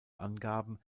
angaben